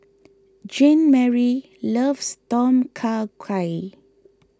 Jeanmarie loves Tom Kha Gai